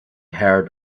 heard